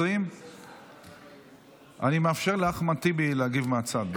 20. אני מאפשר לאחמד טיבי להגיב מהצד.